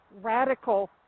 radical